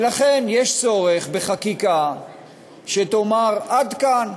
ולכן, יש צורך בחקיקה שתאמר: עד כאן,